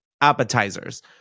Appetizers